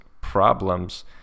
problems